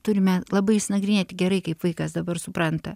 turime labai išsinagrinėti gerai kaip vaikas dabar supranta